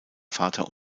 vater